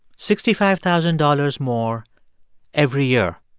sixty five thousand dollars more every year.